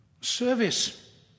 Service